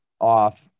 off